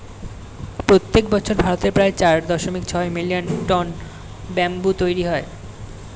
প্রত্যেক বছর ভারতে প্রায় চার দশমিক ছয় মিলিয়ন টন ব্যাম্বু তৈরী হয়